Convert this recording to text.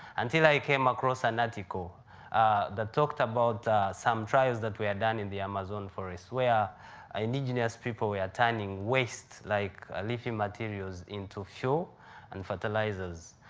until i came across an article that talked about some trials that were done in the amazon forest where indigenous people were turning waste, like leafy materials, into fuel and fertilizers.